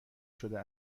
شده